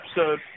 episode